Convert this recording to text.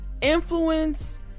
influence